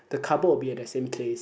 the cupboard will be at the same place